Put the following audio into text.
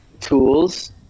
tools